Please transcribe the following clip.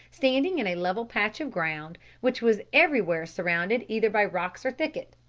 standing in a level patch of ground which was everywhere surrounded either by rocks or thicket.